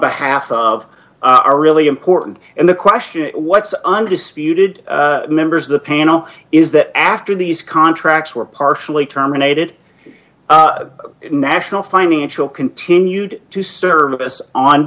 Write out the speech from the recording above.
behalf of are really important and the question is what's undisputed members of the panel is that after these contracts were partially terminated national financial continued to service on